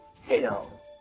hell